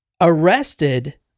Arrested